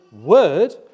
Word